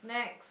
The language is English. next